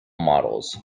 models